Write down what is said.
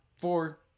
four